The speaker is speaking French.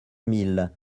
mille